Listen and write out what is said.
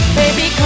baby